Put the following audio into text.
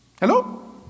hello